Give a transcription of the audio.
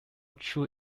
true